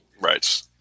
Right